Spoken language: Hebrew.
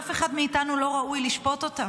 אף אחד מאיתנו לא ראוי לשפוט אותם.